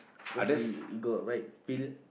because he he got white pill